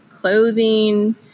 clothing